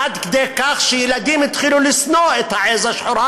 עד כדי כך שילדים התחילו לשנוא את העז השחורה